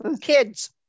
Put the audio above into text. Kids